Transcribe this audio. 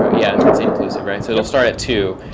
ah yeah. it's inclusive, right? so, it'll start at two.